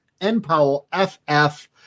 NPowellFF